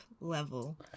level